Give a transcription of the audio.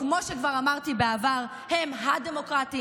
וכמו שכבר אמרתי בעבר: הם ה-דמוקרטים,